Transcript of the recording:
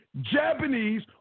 Japanese